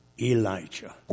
Elijah